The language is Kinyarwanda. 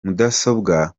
mudasobwa